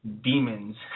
Demons